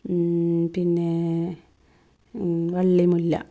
പിന്നേ വള്ളിമുല്ല